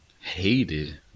Hated